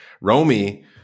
Romy